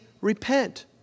repent